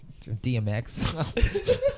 DMX